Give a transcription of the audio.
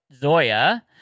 Zoya